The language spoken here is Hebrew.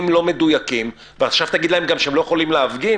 לא מדויקים ועכשיו תגיד להם גם שהם לא יכולים להפגין?